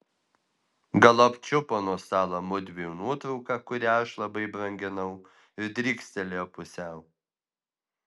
galop čiupo nuo stalo mudviejų nuotrauką kurią aš labai branginau ir drykstelėjo pusiau